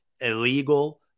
illegal